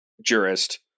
jurist